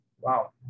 Wow